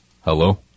Hello